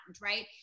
right